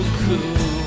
cool